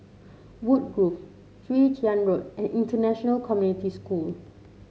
Woodgrove Chwee Chian Road and International Community School